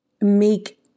make